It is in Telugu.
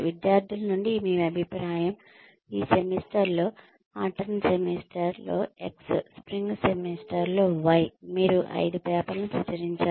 విద్యార్థుల నుండి మీ అభిప్రాయం ఈ సెమిస్టర్లో ఆటున్ సెమిస్టర్లో X స్ప్రింగ్ సెమిస్టర్లో Y మీరు ఐదు పేపర్లను ప్రచురించారు